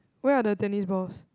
where are the tennis balls